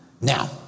Now